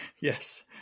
Yes